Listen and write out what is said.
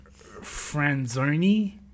Franzoni